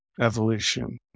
evolution